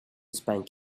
spank